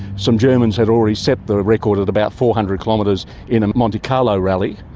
some germans had already set the record at about four hundred kilometres in a monte carlo rally,